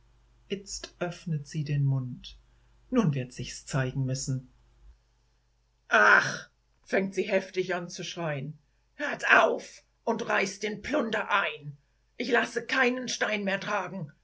itzt öffnet sie den mund nun wird sichs zeigen müssen ach fängt sie heftig an zu schrein hört auf und reißt den plunder ein ich lasse keinen stein mehr tragen